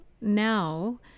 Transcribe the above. now